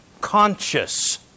conscious